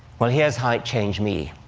well, here's how it changed me.